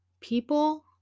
People